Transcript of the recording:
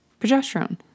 progesterone